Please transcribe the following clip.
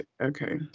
Okay